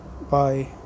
Bye